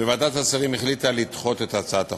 וועדת השרים החליטה לדחות את הצעת החוק.